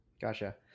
Gotcha